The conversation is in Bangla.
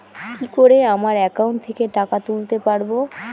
কি করে আমার একাউন্ট থেকে টাকা তুলতে পারব?